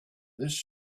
this